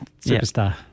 superstar